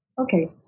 Okay